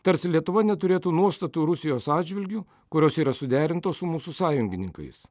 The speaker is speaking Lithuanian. tarsi lietuva neturėtų nuostatų rusijos atžvilgiu kurios yra suderintos su mūsų sąjungininkais